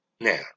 Now